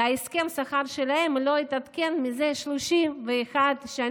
והסכם השכר שלהם לא התעדכן מזה 31 שנים,